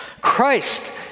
Christ